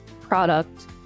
product